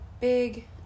big